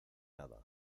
nada